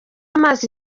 amaso